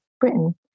Britain